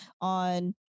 on